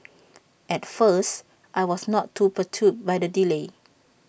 at first I was not too perturbed by the delay